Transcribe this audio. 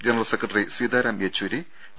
general secretary Sitaram Yechury T